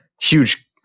huge